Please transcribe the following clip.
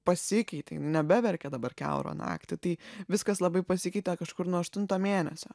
pasikeitė nebeverkė dabar kiaurą naktį tai viskas labai pasikeitė kažkur nuo aštunto mėnesio